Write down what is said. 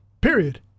Period